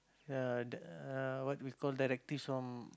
uh the uh what we call directors from